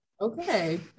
Okay